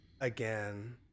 again